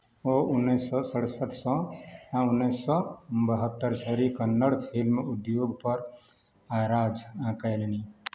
ओ उन्नैस सए सड़सठिसँ आ उन्नैस सए बहत्तरि धरि कन्नड़ फिल्म उद्योगपर राज कयलनि